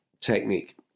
technique